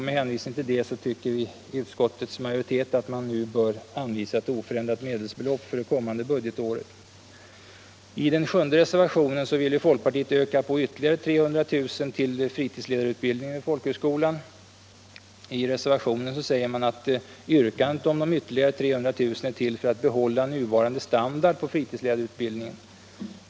Med hänvisning till detta tycker utskottets majoritet att riksdagen bör anvisa ett oförändrat medelsbelopp för det kommande budgetåret. I reservationen 7 vill folkpartiet öka på anslaget till fritidsledarutbildning vid folkhögskolorna med ytterligare 300 000 kr. I reservationen säger man att yrkandet om dessa ytterligare 300 000 kr. är till för att behålla nuvarande standard på fritidsledarutbildningen.